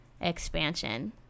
expansion